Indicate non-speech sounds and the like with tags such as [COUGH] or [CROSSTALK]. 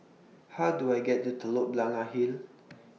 How Do I get to Telok Blangah Hill [NOISE]